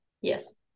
yes